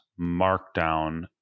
Markdown